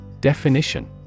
Definition